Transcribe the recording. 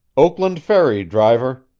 oakland ferry, driver,